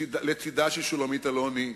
לצדה של שולמית אלוני,